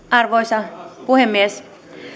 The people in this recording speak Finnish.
arvoisa puhemies